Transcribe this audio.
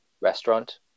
restaurant